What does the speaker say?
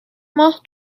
ماه